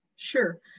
Sure